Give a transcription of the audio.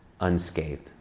unscathed